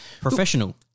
Professional